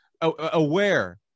aware